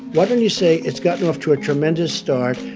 why don't you say, it's gotten off to a tremendous start,